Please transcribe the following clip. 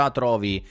trovi